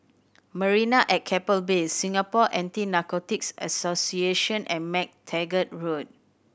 Marina at Keppel Bay Singapore Anti Narcotics Association and MacTaggart Road